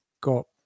got